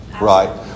Right